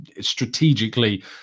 strategically